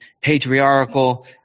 patriarchal